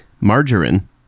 margarine